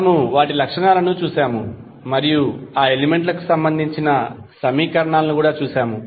మనము వాటి లక్షణాలను చూశాము మరియు ఆ ఎలిమెంట్లకు సంబంధించిన సమీకరణాలను కూడా చూశాము